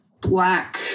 black